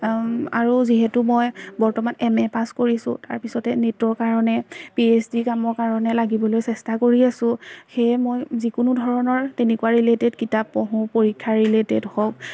আৰু যিহেতু মই বৰ্তমান এম এ পাছ কৰিছোঁ তাৰপিছতে নেটৰ কাৰণে পি এইচ ডি কামৰ কাৰণে লাগিবলৈ চেষ্টা কৰি আছো সেয়ে মই যিকোনো ধৰণৰ তেনেকুৱা ৰিলেটেড কিতাপ পঢ়োঁ পৰীক্ষা ৰিলেটেড হওক